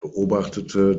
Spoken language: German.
beobachtete